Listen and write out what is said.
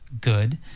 good